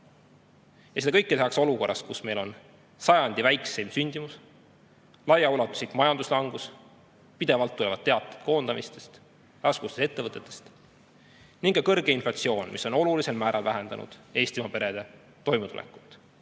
Seda kõike tehakse olukorras, kus meil on sajandi väikseim sündimus ja laiaulatuslik majanduslangus, pidevalt tulevad teated koondamiste ja raskustes ettevõtete kohta. On ka kõrge inflatsioon, mis on olulisel määral vähendanud Eestimaa perede toimetulekut.